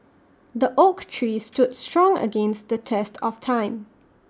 the oak tree stood strong against the test of time